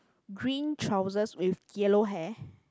green trousers with yellow hair